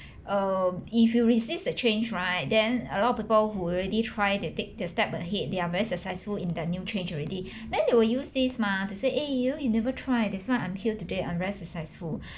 err if you resist the change right then a lot of people who already try to take the step ahead they're very successful in that new change already then they will use this mah to say eh you know you never try that's why I'm here today I'm very successful